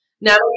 Now